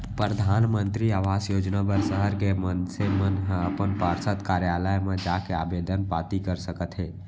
परधानमंतरी आवास योजना बर सहर के मनसे मन ह अपन पार्षद कारयालय म जाके आबेदन पाती कर सकत हे